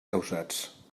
causats